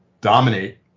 dominate